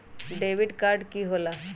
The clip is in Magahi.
डेबिट काड की होला?